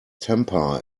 temper